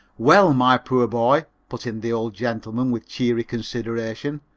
well, my poor boy, put in the old gentleman with cheery consideration,